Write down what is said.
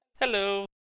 Hello